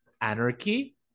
anarchy